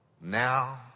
now